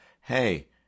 hey